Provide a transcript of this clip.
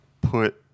put